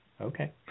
okay